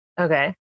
okay